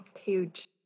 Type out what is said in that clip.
Huge